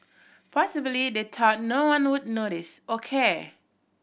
possibly they thought no one would notice or care